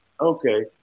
Okay